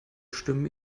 stimmen